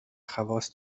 خواص